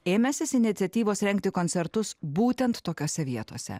ėmęsis iniciatyvos rengti koncertus būtent tokiose vietose